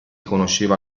conosceva